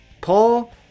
Paul